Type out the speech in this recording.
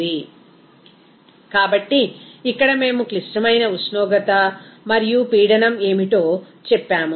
refer slide time కాబట్టి ఇక్కడ మేము క్లిష్టమైన ఉష్ణోగ్రత మరియు పీడనం ఏమిటో చెప్పాము